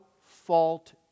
fault